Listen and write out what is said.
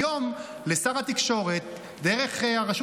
היום לשר התקשורת יש סמכות להתערב דרך הרשות